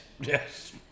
yes